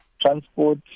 Transport